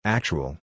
Actual